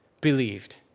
believed